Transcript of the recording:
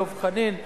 דב חנין ואחרים,